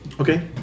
Okay